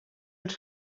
els